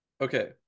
Okay